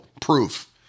proof